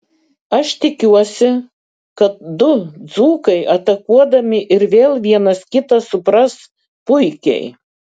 aš tikiuosi kad du dzūkai atakuodami ir vėl vienas kitą supras puikiai